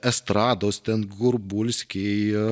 estrados ten gorbulskiai